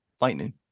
Lightning